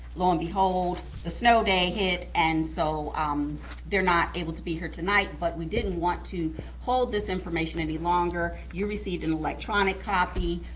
lo and behold, the snow day hit, and so um they're not able to be here tonight, but we didn't want to hold this information any longer. you received an electronic copy.